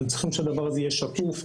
אתם צריכים שהדבר הזה יהיה שקוף,